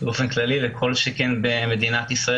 בייחוד אמורים הדברים לגבי מדינת ישראל